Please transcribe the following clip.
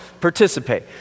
participate